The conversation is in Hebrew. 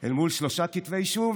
אל מול שלושה כתבי אישום.